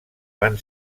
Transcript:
van